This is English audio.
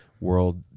world